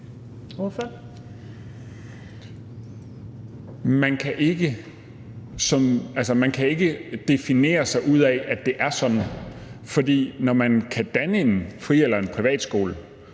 Man kan ikke definere sig ud af, at det er sådan. For når man danner en fri- eller privatskole,